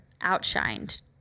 outshined